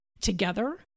together